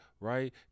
right